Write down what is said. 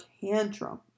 tantrum